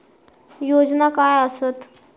योजना काय आसत?